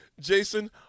Jason